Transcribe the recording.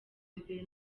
mbere